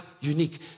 unique